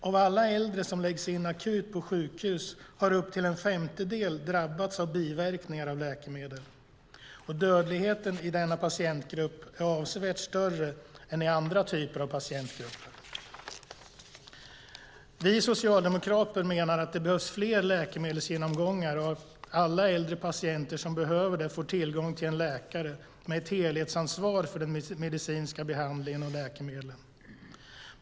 Av alla äldre som läggs in akut på sjukhus har upp till en femtedel drabbats av biverkningar av läkemedel. Dödligheten i denna patientgrupp är avsevärt större än i andra patientgrupper. Vi socialdemokrater menar att det behövs fler läkemedelsgenomgångar och att alla äldre patienter som behöver det bör få tillgång till en läkare med ett helhetsansvar för den medicinska behandlingen och läkemedlen.